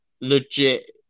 legit